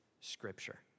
Scripture